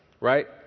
Right